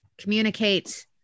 Communicate